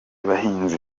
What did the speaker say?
bahinzi